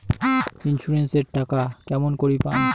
Insurance এর টাকা কেমন করি পাম?